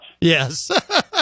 Yes